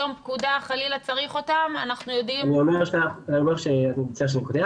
ביום פקודה חלילה צריך אותם אנחנו יודעים --- אני מצטער שאני קוטע,